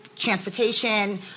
transportation